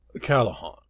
Callahan